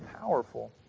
powerful